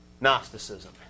Gnosticism